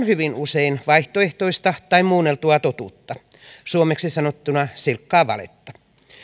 hyvin usein vaihtoehtoista tai muunneltua totuutta suomeksi sanottuna silkkaa valetta